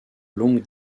longue